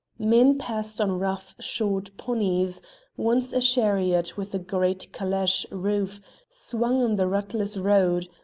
men passed on rough short ponies once a chariot with a great caleche roof swung on the rutless road,